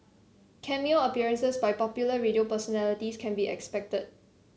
Cameo appearances by popular radio personalities can be expected